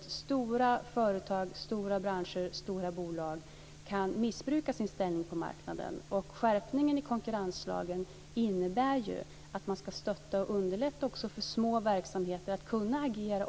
stora bolag och branscher eventuellt kan missbruka sin ställning på marknaden. Skärpningen av konkurrenslagen innebär att det ska bli lättare för små verksamheter att agera.